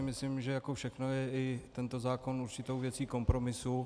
Myslím si, že jako všechno je i tento zákon určitou věcí kompromisu.